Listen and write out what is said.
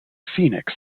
phoenix